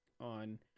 on